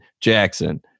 jackson